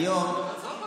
עזוב אותו,